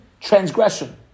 transgression